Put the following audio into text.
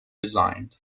resigned